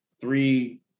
three